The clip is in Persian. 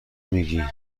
میگی